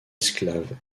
esclave